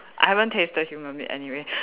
I haven't tasted human meat anyway